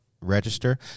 Register